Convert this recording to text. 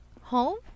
Home